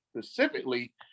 specifically